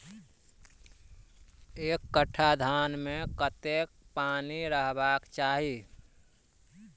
एक कट्ठा धान मे कत्ते पानि रहबाक चाहि?